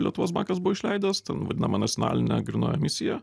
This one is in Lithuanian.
lietuvos bankas išleidęs ten vadinama nacionalinė grynoji misija